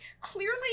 clearly